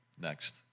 Next